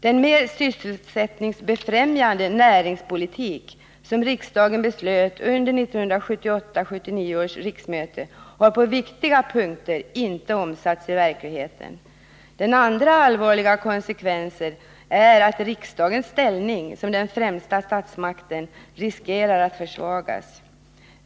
Den mer sysselsättningsbefrämjande näringspolitik som riksdagen beslöt under 1978/79 års riksmöte har på viktiga punkter inte omsatts i verkligheten. Den andra allvarliga konsekvensen är att riksdagens ställning som den främsta statsmakten riskerar att försvagas.